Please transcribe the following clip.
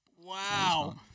Wow